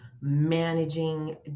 managing